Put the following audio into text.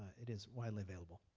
it is widely available.